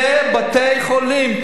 לבתי-חולים,